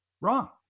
Wrong